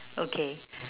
okay